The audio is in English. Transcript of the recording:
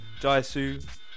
jaisu